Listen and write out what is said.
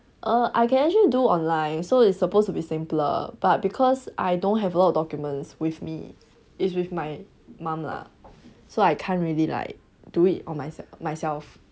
err I can actually do online so it's supposed to be simpler but because I don't have a lot of documents with me it's with my mum lah so I can't really like do it on my~ myself